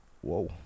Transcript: whoa